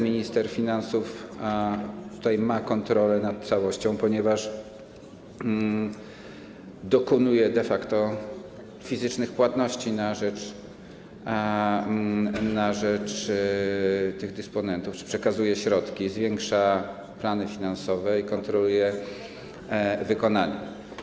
Minister finansów o tyle ma kontrolę nad całością, że dokonuje de facto fizycznych płatności na rzecz tych dysponentów czy przekazuje środki, zwiększa plany finansowe i kontroluje wykonanie.